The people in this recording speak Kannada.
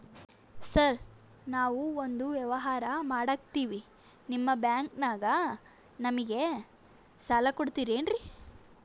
ಸಾರ್ ನಾವು ಒಂದು ವ್ಯವಹಾರ ಮಾಡಕ್ತಿವಿ ನಿಮ್ಮ ಬ್ಯಾಂಕನಾಗ ನಮಿಗೆ ಸಾಲ ಕೊಡ್ತಿರೇನ್ರಿ?